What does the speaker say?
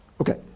okay